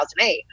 2008